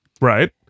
Right